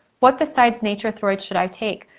what besides nature-throid should i take?